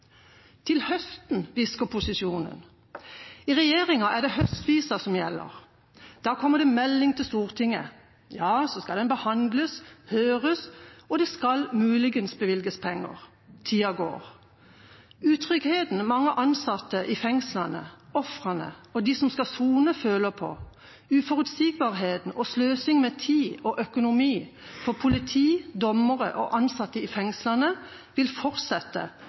Til høsten, hvisker posisjonen. I regjeringa er det høstvisa som gjelder. Da kommer det melding til Stortinget – så skal den behandles, høres, og det skal muligens bevilges penger. Tida går. Utryggheten mange ansatte i fengslene, ofrene og de som skal sone, føler på, uforutsigbarheten og sløsing med tid og økonomi for politi, dommere og ansatte i fengslene vil fortsette